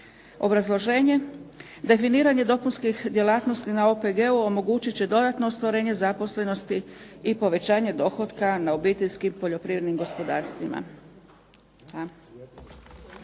Obrazloženje, definiranje dopunskih djelatnosti na OPG-u omogućit će dodatno stvorenje zaposlenosti i povećanje dohodka na obiteljskim i poljoprivrednim gospodarstvima.